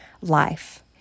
life